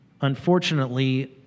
unfortunately